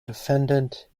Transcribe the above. defendant